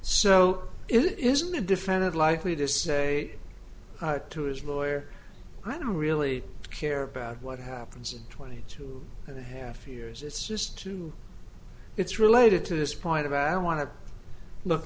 so it isn't a defendant likely to say to his lawyer i don't really care about what happens twenty two and a half years it's just too it's related to this point about i don't want to look